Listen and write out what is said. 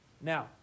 Now